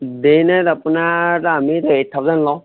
day night আপোনাৰ এটা আমি এইট থাউজেণ্ড লওঁ